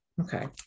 Okay